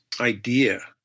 idea